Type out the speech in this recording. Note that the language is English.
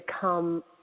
come